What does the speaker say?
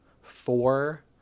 four